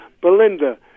Belinda